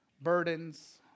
burdens